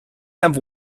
have